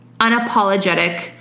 unapologetic